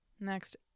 Next